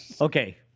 Okay